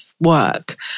work